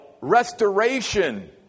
restoration